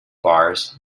bars